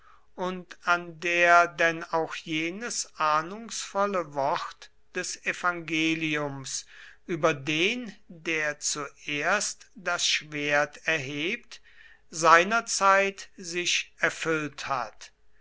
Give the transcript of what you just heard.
und an der denn auch jenes ahnungsvolle wort des evangeliums über den der zuerst das schwert erhebt seinerzeit sich erfüllt hat